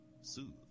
Soothe